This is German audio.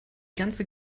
ganze